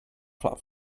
flap